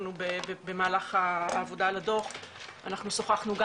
במהלך העבודה על הדו"ח אנחנו שוחחנו גם